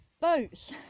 boats